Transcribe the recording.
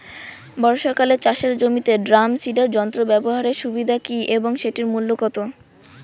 বর্ষাকালে চাষের জমিতে ড্রাম সিডার যন্ত্র ব্যবহারের সুবিধা কী এবং সেটির মূল্য কত?